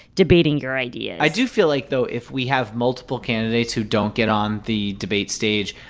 debating your ideas i do feel like, though, if we have multiple candidates who don't get on the debate stage,